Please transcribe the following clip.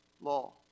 law